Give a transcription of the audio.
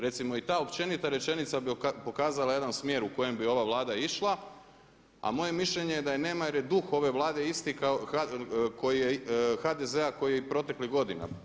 Recimo i ta općenita rečenica bi pokazala jedan smjer u kojem bi ova Vlada išla a moje je mišljenje da je nema jer je duh ove Vlade isti koji je, HDZ-a kao i proteklih godina.